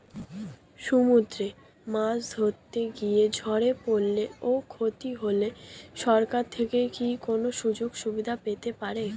সমুদ্রে মাছ ধরতে গিয়ে ঝড়ে পরলে ও ক্ষতি হলে সরকার থেকে কি সুযোগ সুবিধা পেতে পারি?